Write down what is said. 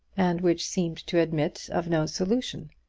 and which seemed to admit of no solution.